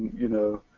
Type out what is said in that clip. you know,